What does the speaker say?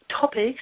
topics